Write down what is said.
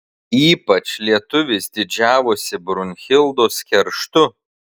ypač lietuvis didžiavosi brunhildos kerštu